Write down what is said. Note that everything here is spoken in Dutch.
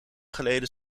geleden